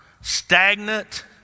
stagnant